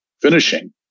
finishing